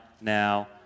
now